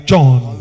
John